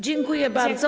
Dziękuję bardzo.